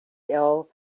ill